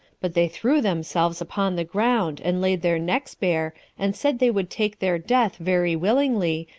but they threw themselves upon the ground, and laid their necks bare, and said they would take their death very willingly,